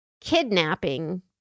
kidnapping